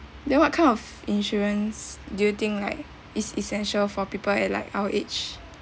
then what kind of insurance do you think like is essential for people at like our age